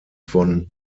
von